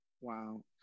Wow